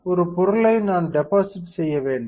ஒரு பொருளை நான் டெபாசிட் செய்ய வேண்டும்